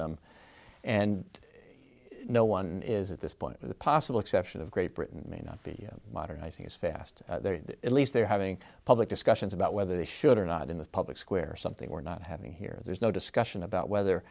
them and no one is at this point with the possible exception of great britain may not be modernizing as fast at least they're having public discussions about whether they should or not in the public square something we're not having here there's no discussion about whether